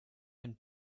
ein